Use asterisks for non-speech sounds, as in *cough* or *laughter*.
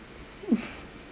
*laughs*